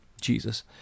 Jesus